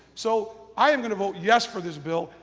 so, i am going to vote yes for this bill.